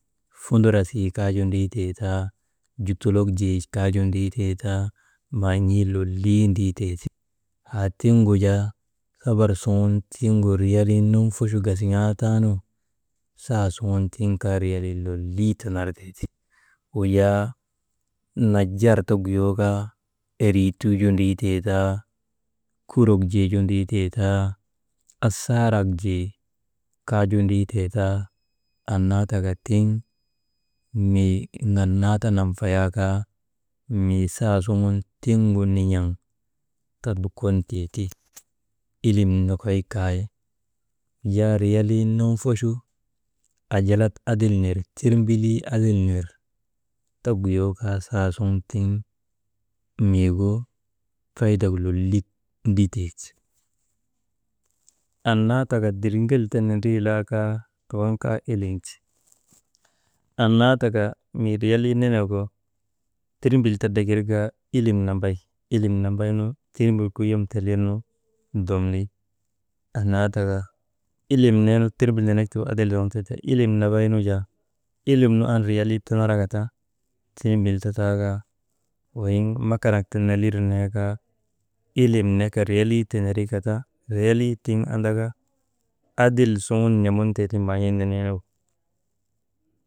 Fundurasii kaa ju ndriitee taa, jutulok jee kaa ju ndriitee taa, man̰ii lolii ndriiteeti, haa tiŋgu jaa sabur suŋun tiŋgu riyalii nonfochu kasiŋaataa nu, saasuŋun tiŋ kaa riyalii lolii tanartee ti. Wujaa najjar ta guyoo kaa, erituu ju ndriitee taa, kurok jeeju ndrii tee taa, affaarak jee kaa ju ndriitee taa, annaa taka tiŋ mir ŋanaa ta nanfayaa kaa, mii sasuŋun tiigu nin̰aŋ ta dukontee ti. Ilim nokoy kay yaa riyalii nonfochu ajalak adil nir tirmbilii adil nir ta guyoo kaa saasuŋ tiv miigu faydek lollik nditeeti, annaa taka diriŋgel ta nindrii laakaa waŋ kaa ilim ti, anna ta ka mii riyalii nenegu tirmbil ta drakir kaa ilim nambay, ilim nambay tirmbilgu yom telirnu dumli, annaa taka ta ilim neenu tirmbil nenek tiigu adil zoŋtee ti, ilim nambay nu jaa, ilim nu an riyalii tanaraka ta tirmbil ta taa kaa, weyiv makanak ta nelir nee kaa, ilim neka riyalii tenerika ta, riyalii tiŋ andaka adil suŋun n̰amuntee ti maan̰ii neneenugu.